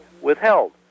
withheld